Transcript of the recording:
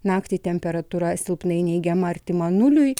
naktį temperatūra silpnai neigiama artima nuliui